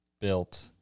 built